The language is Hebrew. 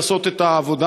לעשות את העבודה,